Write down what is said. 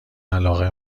علاقه